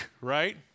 right